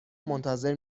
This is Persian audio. منتظر